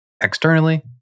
Externally